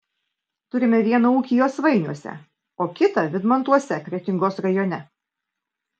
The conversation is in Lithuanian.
turime vieną ūkį josvainiuose o kitą vydmantuose kretingos rajone